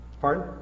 Pardon